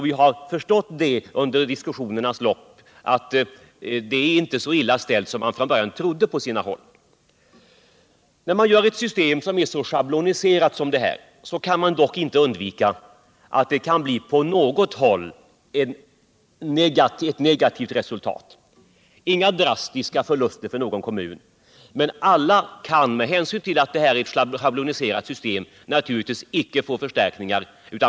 Vi har under diskussionernas gång förstått att det inte är så illa ställt som man på sina håll från början trodde. Niär man inför ett system som iär så schabloniserat som det här kan man dock inte undgå att det på något håll kan bli negativt resultat — inga drastiska förluster för någon kommun. men alla kan. med hänsyn ull att det här är ot sechabloniserat system. naturligtvis icke få förstärkningar.